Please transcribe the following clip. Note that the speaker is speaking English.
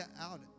out